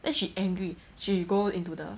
then she angry she go into the